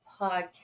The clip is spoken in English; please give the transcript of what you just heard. podcast